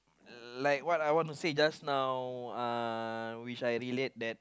like what I want to say just now uh which I relate that